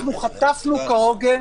אנחנו חטפנו כהוגן.